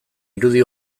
irudi